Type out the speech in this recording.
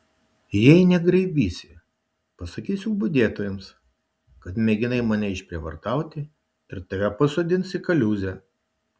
jei negraibysi pasakysiu budėtojams kad mėginai mane išprievartauti ir tave pasodins į kaliūzę